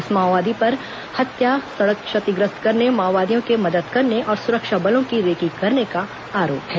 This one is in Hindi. इस माओवादी पर हत्या सड़क क्षतिग्रस्त करने माओवादियों के मदद करने और सुरक्षा बलों की रेकी करने का आरोप है